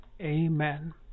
Amen